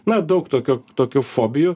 na daug tokių tokių fobijų